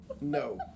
No